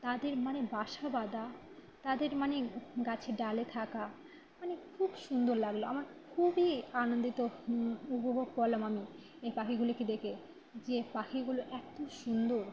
তাদের মানে বাসা বাঁধা তাদের মানে গাছের ডালে থাকা মানে খুব সুন্দর লাগল আমার খুবই আনন্দিত উপভোগ করলাম আমি এই পাখিগুলিকে দেখে যে পাখিগুলো এত সুন্দর